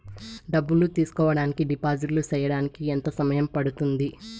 డబ్బులు తీసుకోడానికి డిపాజిట్లు సేయడానికి ఎంత సమయం పడ్తుంది